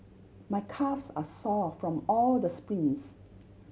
my calves are sore from all the sprints